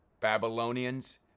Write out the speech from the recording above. Babylonians